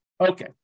Okay